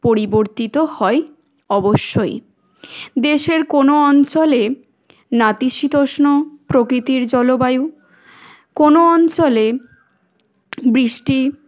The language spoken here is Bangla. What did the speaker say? পরিবর্তিত হয় অবশ্যই দেশের কোনো অঞ্চলে নাতিশীতোষ্ণ প্রকৃতির জলবায়ু কোনো অঞ্চলে বৃষ্টি